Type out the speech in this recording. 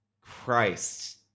Christ